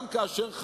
גם כאשר תהיה נגדנו,